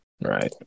Right